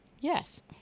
Yes